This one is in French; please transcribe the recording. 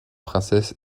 princesse